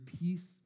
peace